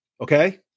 Okay